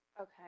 Okay